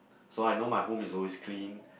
so I know my home is always clean